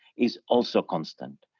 is also constant.